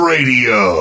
Radio